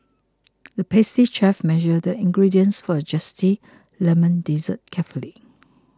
the pastry chef measured the ingredients for a Zesty Lemon Dessert carefully